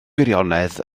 gwirionedd